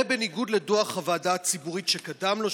ובניגוד לדוח הוועדה הציבורית שקדם לו,